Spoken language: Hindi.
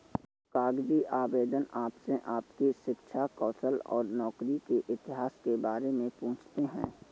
कागजी आवेदन आपसे आपकी शिक्षा, कौशल और नौकरी के इतिहास के बारे में पूछते है